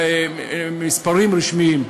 מספרים רשמיים,